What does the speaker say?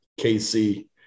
KC